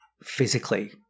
physically